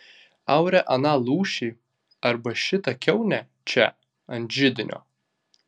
aure aną lūšį arba šitą kiaunę čia ant židinio